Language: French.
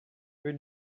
rue